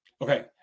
Okay